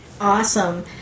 Awesome